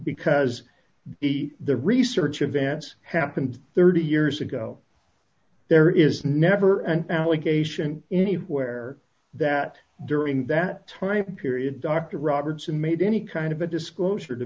because the the research events happened thirty years ago there is never an allegation anywhere that during that time period dr robertson made any kind of a disclosure to